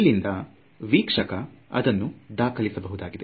ಇಲ್ಲಿಂದ ವೀಕ್ಷಕ ಇದನ್ನು ದಾಖಲಿಸಬಹುದಾಗಿದೆ